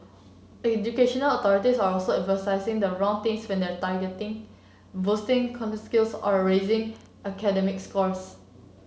educational authorities are also emphasising the wrong things when they target boosting skills or raising academic scores